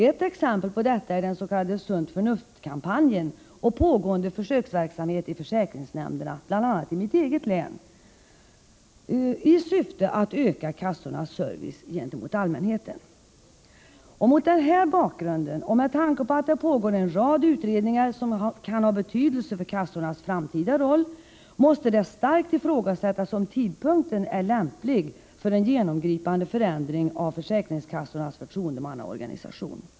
Ett exempel på detta är den s.k. sunt-förnuft-kampanjen och pågående försöksverksamhet i försäkringsnämnderna, bl.a. i mitt eget län, i syfte att öka kassornas service gentemot allmänheten. Mot den här bakgrunden och med tanke på att det pågår en rad utredningar som kan ha betydelse för kassornas framtida roll, måste det starkt ifrågasättas om tidpunkten är lämplig för en genomgripande förändring av försäkringskassornas förtroendemannaorganisation.